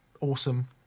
Awesome